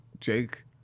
Jake